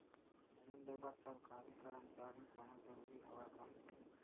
ऋण ले बर सरकारी कर्मचारी होना जरूरी हवय का?